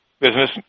business